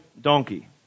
donkey